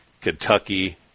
Kentucky